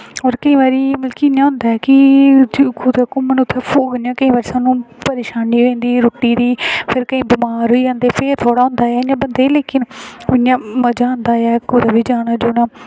होर केईं बारी मतलब कि इ'यां होंदा ऐ कि कुतै घूमन उत्थें इयां केईं बारी सानूं परेशानी होई जंदी रुट्टी दी फिर केईं बारी बमार होई जंदे फिर इयां थोह्ड़ा होंदा ऐ बंदे गी लेकिन इ'यां मज़ा आंदा ऐ कुदै बी जाना जुना